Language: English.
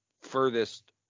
furthest